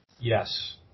Yes